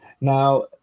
Now